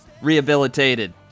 Rehabilitated